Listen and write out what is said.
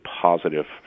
positive